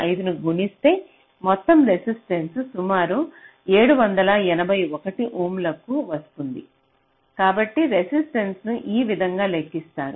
05 ను గుణిస్తే మొత్తం రెసిస్టెన్స సుమారు 781 ఓంలకు వస్తుంది కాబట్టి రెసిస్టెన్స ను ఈ విధంగా లెక్కిస్తారు